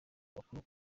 amakuru